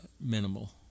minimal